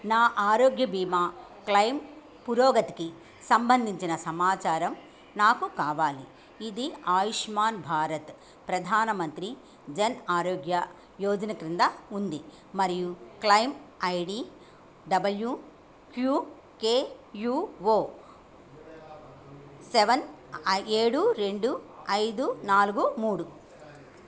నా ఆరోగ్య బీమా క్లెయిమ్ పురోగతికి సంబంధించిన సమాచారం నాకు కావాలి ఇది ఆయుష్మాన్ భారత్ ప్రధాన మంత్రి జన్ ఆరోగ్య యోజన క్రింద ఉంది మరియు claim ID W Q K U O seven I ఏడు రెండు ఐదు నాలుగు మూడు